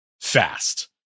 fast